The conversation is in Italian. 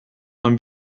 non